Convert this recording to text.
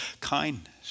kindness